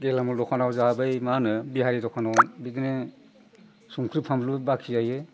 गेलामाल दखानाव जाहा बै मा होनो बिहारि दखानाव बिदिनो संख्रि फानलु बाखि जायो